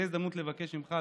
זו ההזדמנות לבקש ממך,